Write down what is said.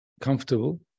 comfortable